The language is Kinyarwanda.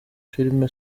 filime